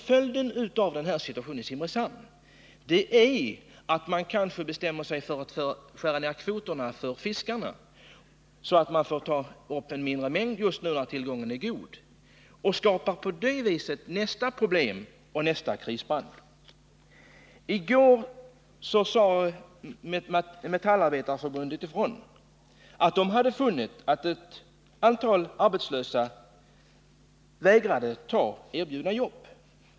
Följden av situationen i Simrishamn blir kanske att man bestämmer sig för att skära ner kvoterna för fisket, så att mindre mängder får tas upp nu när tillgången är god. På det sättet skapas nya problem och nästa krisbransch. I går sade Metallindustriarbetareförbundet ifrån. Man hade funnit att ett antal arbetslösa vägrade ta erbjudna jobb.